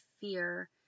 fear